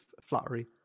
flattery